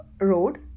Road